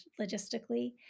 logistically